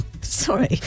Sorry